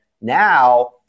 now